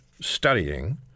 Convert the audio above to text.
studying